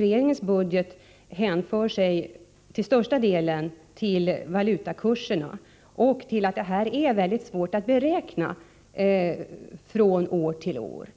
regeringens budget hänför sig till största UNESCO:s delen till valutakurserna och till att detta är mycket svårt att beräkna från år till år.